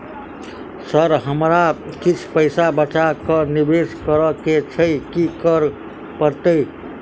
Sir हमरा किछ पैसा बचा कऽ निवेश करऽ केँ छैय की करऽ परतै?